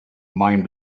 mind